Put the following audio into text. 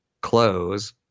close